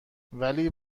ولی